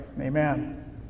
Amen